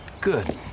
Good